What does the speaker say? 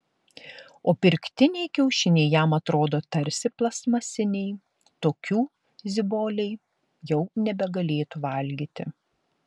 o pirktiniai kiaušiniai jam atrodo tarsi plastmasiniai tokių ziboliai jau nebegalėtų valgyti